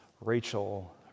Rachel